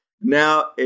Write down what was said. Now